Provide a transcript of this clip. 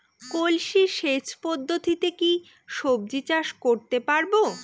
কলসি সেচ পদ্ধতিতে কি সবজি চাষ করতে পারব?